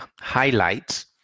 highlights